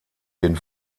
den